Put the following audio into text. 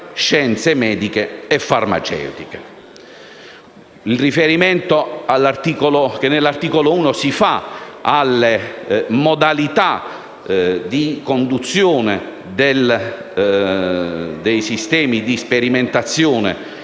scienze mediche e farmaceutiche. Il riferimento, nell'articolo 1, alle modalità di conduzione dei sistemi di sperimentazione